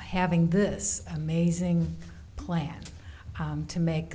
having this amazing plan to make